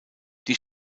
die